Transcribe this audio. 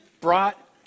brought